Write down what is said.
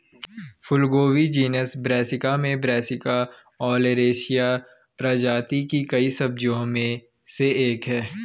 फूलगोभी genus Brassica में Brassica oleracea प्रजाति की कई सब्जियों में से एक है